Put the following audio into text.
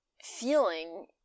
feeling